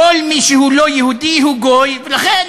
כל מי שהוא לא יהודי הוא גוי, ולכן